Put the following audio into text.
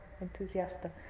entusiasta